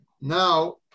now